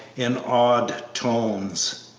in awed tones.